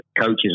coaches